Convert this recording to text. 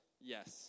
Yes